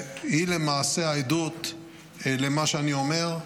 היא למעשה העדות למה שאני אומר.